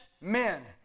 men